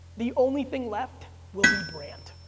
the only thing left will be brand.